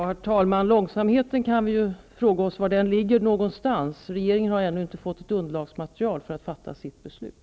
Herr talman! Vi kan ju fråga oss var långsamheten ligger någonstans. Rege ringen har ännu inte fått ett underlagsmaterial för att fatta sitt beslut.